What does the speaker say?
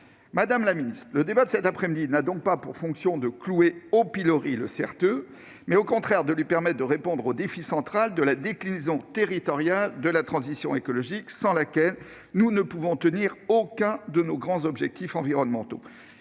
Madame la ministre, l'objet de notre débat cet après-midi est donc non pas de clouer au pilori le CRTE, mais au contraire de lui permettre de répondre au défi central de la déclinaison territoriale de la transition écologique, sans laquelle nous ne pouvons tenir aucun de nos grands objectifs environnementaux.